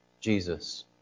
Jesus